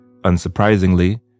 Unsurprisingly